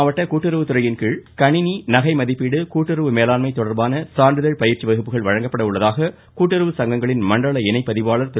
இருவரி சிவகங்கை மாவட்ட கூட்டுறவுத் துறையின் கீழ் கணிணி நகை மதிப்பீடு கூட்டுறவு மேலாண்மை தொடர்பான சான்றிதழ் பயிற்சி வகுப்புகள் வழங்கப்பட உள்ளதாக கூட்டுறவு சங்கங்களின் மண்டல இணைப்பதிவாளர் திரு